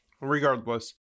Regardless